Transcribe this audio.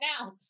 now